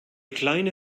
kleine